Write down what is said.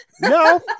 No